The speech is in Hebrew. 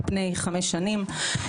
על פני חמש שנים.